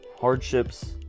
hardships